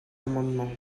amendement